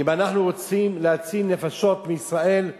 אם אנחנו רוצים להציל נפשות בישראל,